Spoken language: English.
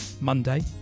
monday